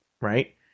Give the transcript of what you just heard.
right